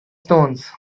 stones